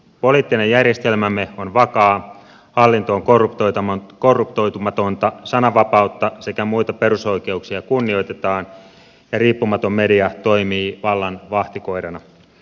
poliittinen järjestelmämme on vakaa hallinto on korruptoitumatonta sananvapautta sekä muita perusoikeuksia kunnioitetaan ja riippumaton media toimii vallan vahtikoirana